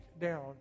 down